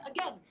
again